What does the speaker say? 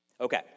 Okay